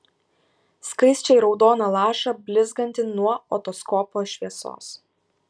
skaisčiai raudoną lašą blizgantį nuo otoskopo šviesos